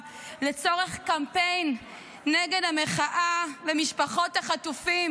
לצורך קמפיין נגד המחאה ומשפחות החטופים,